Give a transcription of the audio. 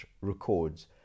records